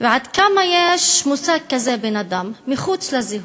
עד כמה יש מושג כזה, בן-אדם, מחוץ לזהות,